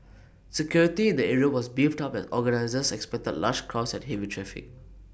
security in the area was beefed up as organisers expected large crowds and heavy traffic